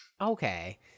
Okay